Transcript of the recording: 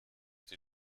die